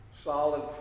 Solid